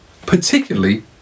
particularly